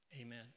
amen